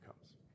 comes